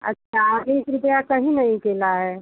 अच्छा बीस रुपया कहीं नहीं केला है